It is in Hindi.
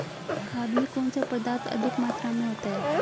खाद में कौन सा पदार्थ अधिक मात्रा में होता है?